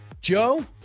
Joe